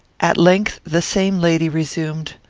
at length the same lady resumed,